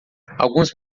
alguns